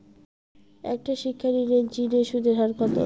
একটা শিক্ষা ঋণের জিনে সুদের হার কত?